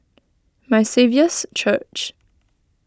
My Saviour's Church